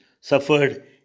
suffered